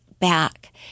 back